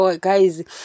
guys